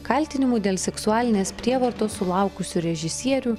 kaltinimų dėl seksualinės prievartos sulaukusių režisierių